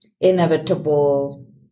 Inevitable